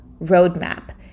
roadmap